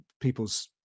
people's